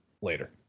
later